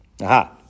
Aha